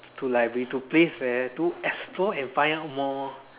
to like go to place where to explore and find out more